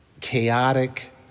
chaotic